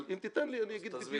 אבל אם תיתן לי אני אגיד בדיוק.